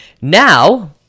Now